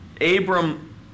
Abram